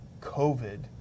COVID